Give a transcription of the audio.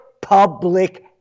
public